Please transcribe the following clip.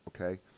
okay